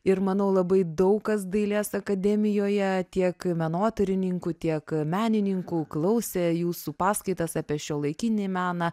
ir manau labai daug kas dailės akademijoje tiek menotyrininkų tiek menininkų klausė jūsų paskaitas apie šiuolaikinį meną